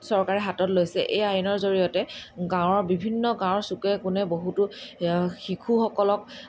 চৰকাৰে হাতত লৈছে এই আইনৰ জৰিয়তে গাঁৱৰ বিভিন্ন গাঁৱৰ চুকে কোণে বহুতো শিশুসকলক